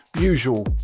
usual